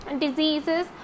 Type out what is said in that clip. diseases